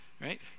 right